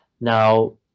Now